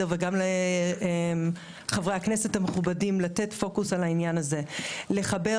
וגם לחברי הכנסת המכובדים לתת פוקוס על העניין הזה: לחבר